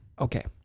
Okay